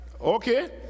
Okay